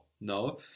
no